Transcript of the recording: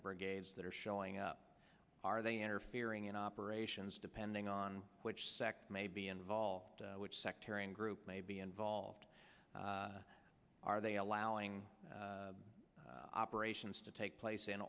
the brigades that are showing up are they interfering in operations depending on which sect may be involved which sectarian group may be involved are they allowing operations to take place in